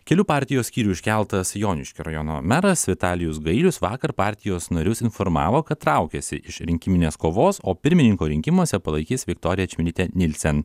kelių partijos skyrių iškeltas joniškio rajono meras vitalijus gailius vakar partijos narius informavo kad traukiasi iš rinkiminės kovos o pirmininko rinkimuose palaikys viktoriją čmilytę nielsen